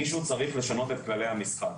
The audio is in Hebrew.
מישהו צריך לשנות את כללי המשחק,